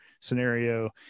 scenario